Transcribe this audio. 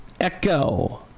Echo